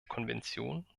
konvention